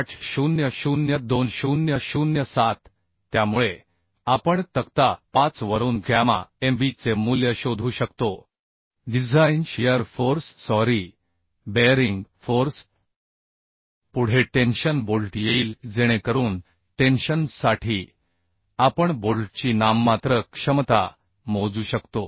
IS 800 2007 त्यामुळे आपण तक्ता 5 वरून गॅमा mb चे मूल्य शोधू शकतो design shear force sorry bearing force पुढे टेन्शन बोल्ट येईल जेणेकरून टेन्शन साठी आपण बोल्टची नाममात्र क्षमता मोजू शकतो